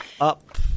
up